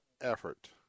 effort